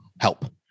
help